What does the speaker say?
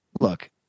look